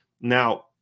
Now